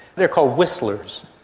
they are called whistlers,